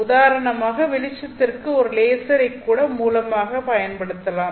உதாரணமாக வெளிச்சத்திற்கு ஒரு லேசரை கூட மூலமாக பயன்படுத்தலாம்